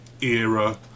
era